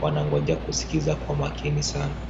wanangoja kusikiza kwa makini sana.